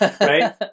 Right